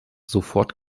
sofort